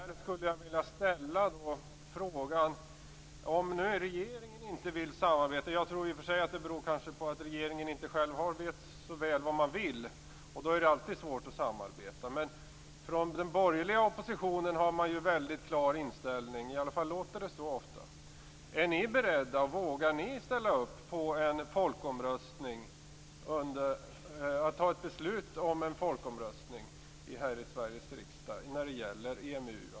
Regeringen vill inte samarbeta - jag tror att det beror på att regeringen inte vet så väl vad man vill och då är det alltid svårt att samarbeta. Den borgerliga oppositionen har en klar inställning - i varje fall låter det så. Är ni beredda att i Sveriges riksdag fatta beslut om en folkomröstning om EMU - valutaunionen?